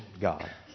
God